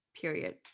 period